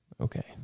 Okay